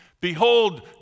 Behold